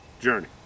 journey